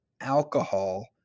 Alcohol